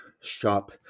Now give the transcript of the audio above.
shop